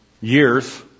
years